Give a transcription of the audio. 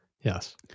Yes